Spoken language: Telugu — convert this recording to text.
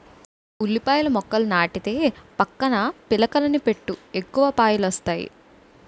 ఉల్లిపాయల మొక్కని నాటితే పక్కన పిలకలని పెట్టి ఎక్కువ పాయలొస్తాయి